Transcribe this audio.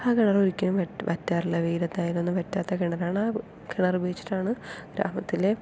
ആ കിണർ ഒരിക്കലും വറ്റാറില്ല വെയിലത്ത് ആയാലും ഒന്നും വറ്റാത്ത കിണറാണ് ആ കിണറുപയോഗിച്ചിട്ടാണ് ഗ്രാമത്തിലെ